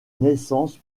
naissance